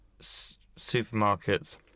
supermarkets